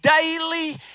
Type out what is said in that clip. daily